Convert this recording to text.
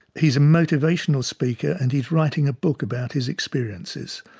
he's a motivational speaker and he's writing a book about his experiences.